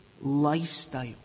lifestyle